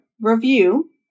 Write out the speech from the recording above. review